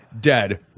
dead